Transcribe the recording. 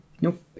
nope